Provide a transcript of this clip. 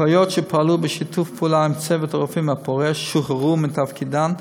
אחיות שפעלו בשיתוף פעולה עם צוות הרופאים הפורש שוחררו מתפקידן,